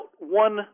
one